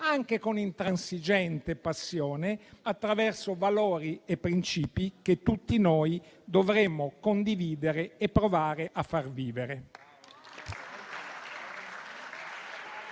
anche con intransigente passione, attraverso valori e principi che tutti noi dovremmo condividere e provare a far vivere.